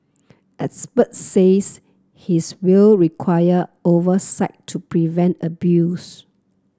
experts says his will require oversight to prevent abuse